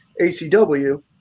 ACW